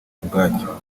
ubwacyo